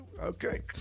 Okay